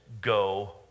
go